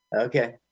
Okay